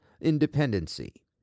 independency